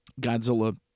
Godzilla